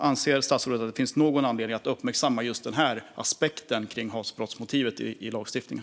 Anser statsrådet att det finns någon anledning att uppmärksamma just denna aspekt när det gäller hatbrott i lagstiftningen?